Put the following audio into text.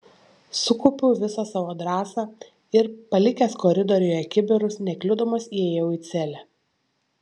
sukaupiau visą savo drąsą ir palikęs koridoriuje kibirus nekliudomas įėjau į celę